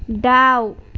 दाउ